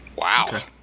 Wow